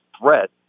threat